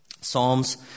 Psalms